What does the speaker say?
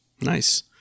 nice